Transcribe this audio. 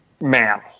man